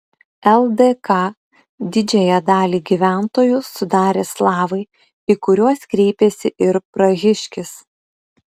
ldk didžiąją dalį gyventojų sudarė slavai į kuriuos kreipėsi ir prahiškis